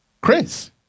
Chris